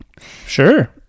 Sure